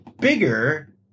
bigger